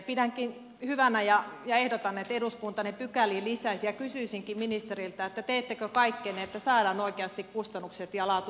pidänkin hyvänä ja ehdotan että eduskunta ne pykäliin lisäisi ja kysyisinkin ministeriltä teettekö kaikkenne että saadaan oikeasti kustannukset ja laatu läpinäkyviksi